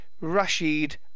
Rashid